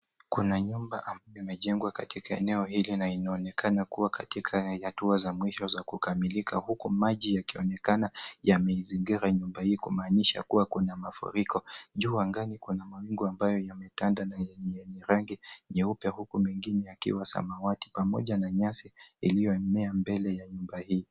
Kuna nyumba ambayo imejengwa katika eneo hili na inaonekana kuwa katika hatua za mwisho za kukamilika huku maji yakionekana yameizingira nyumba hii, kumaanisha kuwa kuna mafuriko. Juu angani, kuna mawingu ambayo yametanda na yenye rangi nyeupe, huku mengine yakiwa samawati pamoja na nyasi iliyomea mbele ya nyumba hii.